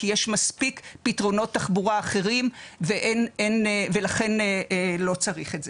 כי יש מספיק פתרונות תחבורה אחרים ולכן לא צריך את זה.